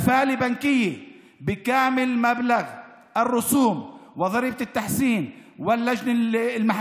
ערבות בנקאית על מלוא סכום ההיטל ומס